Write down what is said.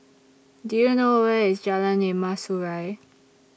Do YOU know Where IS Jalan Emas Urai